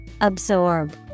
Absorb